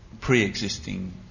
pre-existing